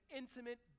intimate